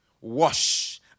wash